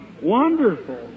Wonderful